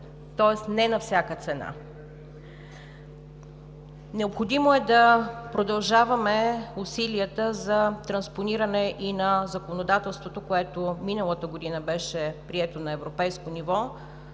тоест не на всяка цена. Необходимо е да продължаваме усилията за транспониране и на законодателството, което миналата година беше прието на европейско ниво